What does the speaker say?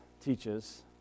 teaches